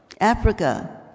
Africa